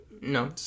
No